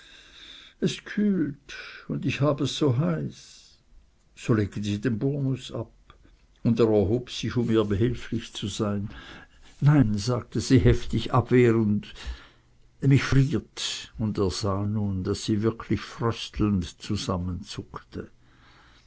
es kühlt und ich hab es so heiß so legen sie den burnus ab und er erhob sich um ihr behilflich zu sein nein sagte sie heftig und abwehrend mich friert und er sah nun daß sie wirklich fröstelnd